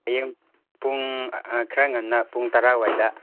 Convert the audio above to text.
ꯍꯌꯦꯡ ꯄꯨꯡ ꯈꯔ ꯉꯟꯅ ꯄꯨꯡ ꯇꯔꯥꯋꯥꯏꯗ